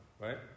right